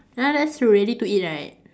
ya that's true ready to eat right